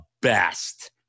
best